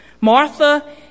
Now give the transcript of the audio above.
Martha